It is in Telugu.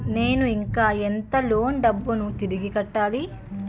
నేను ఇంకా ఎంత లోన్ డబ్బును తిరిగి కట్టాలి?